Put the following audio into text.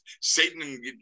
Satan